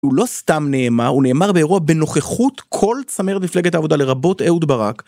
הוא לא סתם נאמר, הוא נאמר באירוע בנוכחות כל צמרת מפלגת העבודה לרבות אהוד ברק.